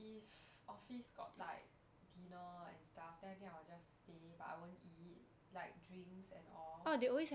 if office got like dinner and stuff then I think I will just stay but I won't eat like drinks and all